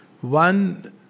one